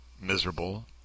miserable